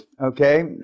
Okay